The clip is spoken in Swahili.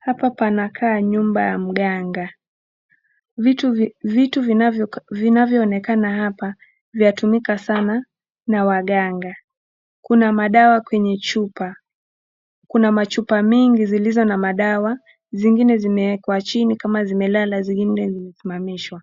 Hapa panakaa nyumba ya mganga, vitu vinavyo onekana hapa hutumika sana na waganga, Kuna madawa kwenye chupa, Kuna chupa mingi zenye madawa, zengine zimewekwa chini Kama zimelala, zengine zimesimamishwa